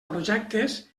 projectes